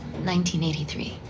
1983